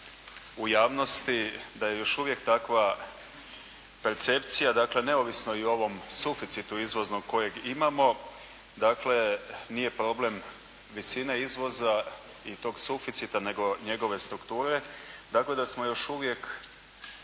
u javnosti da je još uvijek takva percepcija, dakle neovisno o ovom suficitu izvoznom kojeg imamo, dakle nije problem visina izvoza i tog suficita nego njegove strukture, tako da smo još uvijek